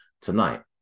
tonight